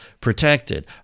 protected